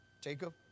Jacob